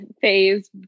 phase